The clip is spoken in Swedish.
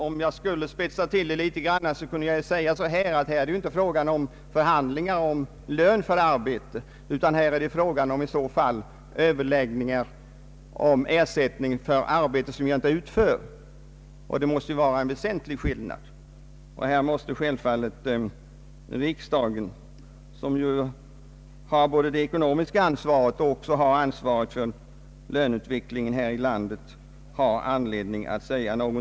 Om jag skulle spetsa till det hela litet kunde jag säga att det här inte är fråga om förhandlingar om lön för arbete utan överläggningar om ersättning för arbete som vederbörande inte utför. Det måste vara en väsentlig skillnad. På denna punkt måste självfallet riksdagen, som har både det ekonomiska ansvaret och ansvaret för löneutvecklingen här i landet, ha anledning att yttra sig.